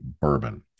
Bourbon